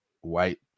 white